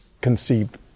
conceived